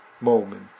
moment